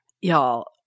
y'all